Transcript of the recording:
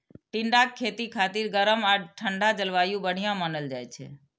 टिंडाक खेती खातिर गरम आ ठंढा जलवायु बढ़िया मानल जाइ छै